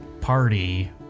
party